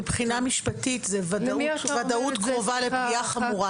מבחינה משפטית זה ודאות קרובה לפגיעה חמורה,